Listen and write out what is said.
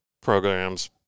programs